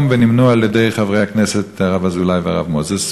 ונמנו על-ידי חברי הכנסת הרב אזולאי והרב מוזס,